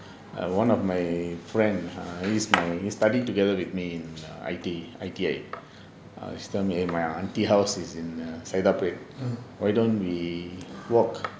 and one of my friend err he is my he study together with me in I_T I_T_I err he tell me eh my auntie house is in saidapet why don't we walk